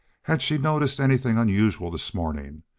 had she noticed anything unusual this morning?